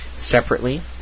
Separately